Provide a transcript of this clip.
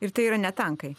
ir tai yra ne tankai